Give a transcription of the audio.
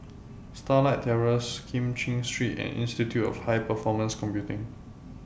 Starlight Terrace Kim Cheng Street and Institute of High Performance Computing